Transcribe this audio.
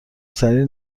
سریع